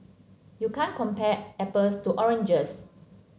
you can't compare apples to oranges